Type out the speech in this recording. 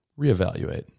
reevaluate